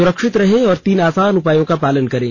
सुरक्षित रहें और तीन आसान उपायों का पालन करें